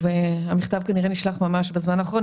המכתב נשלח כנראה ממש בזמן האחרון.